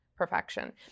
perfection